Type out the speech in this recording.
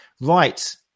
right